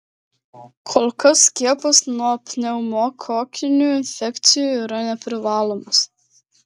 kol kas skiepas nuo pneumokokinių infekcijų yra neprivalomas